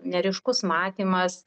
neryškus matymas